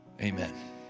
Amen